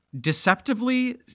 deceptively